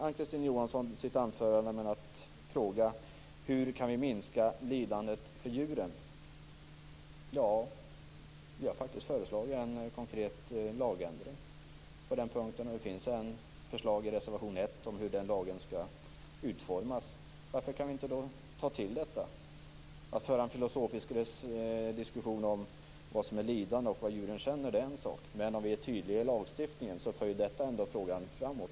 Ann-Kristine Johansson börjar sitt anförande med att fråga hur vi kan minska lidandet för djuren. Vi har faktiskt föreslagit en konkret lagändring på den punkten. Det finns förslag i reservation 1 om hur den lagen skall utformas. Varför kan vi inte ta till detta? Att föra en filosofisk diskussion om vad som är lidande och vad djuren känner är en sak, men om vi är tydliga i lagstiftningen förs frågan framåt.